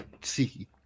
see